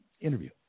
interview